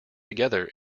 together